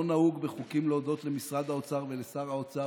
לא נהוג בחוקים להודות למשרד האוצר ולשר האוצר.